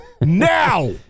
now